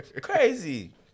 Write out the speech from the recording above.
Crazy